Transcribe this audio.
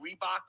Reebok